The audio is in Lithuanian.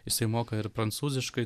jisai moka ir prancūziškai